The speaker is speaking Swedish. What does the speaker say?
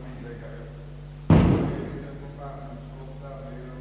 givetvis iakttas att den överordnade myndigheten bestämmer en viss remisstid.